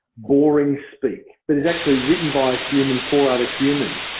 boring speak, but is actually written by human for other human.